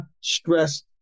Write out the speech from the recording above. stress